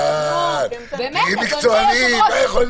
לא מקובל עליי.